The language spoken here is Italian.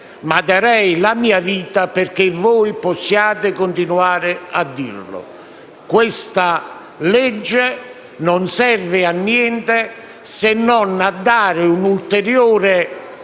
ma darei la mia vita perché voi possiate continuare a dirlo». Questa legge non serve a niente, se non a mettere un ulteriore